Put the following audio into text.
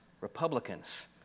Republicans